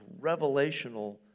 revelational